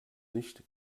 nicht